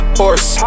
horse